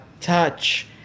touch